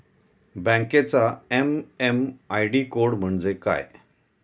बँकेचा MMID code म्हणजे काय?